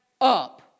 up